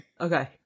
okay